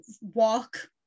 walk